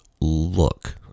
look